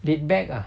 laidback ah